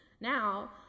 Now